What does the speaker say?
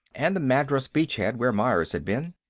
and the madras beachhead, where myers had been.